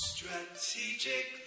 Strategic